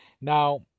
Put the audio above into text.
Now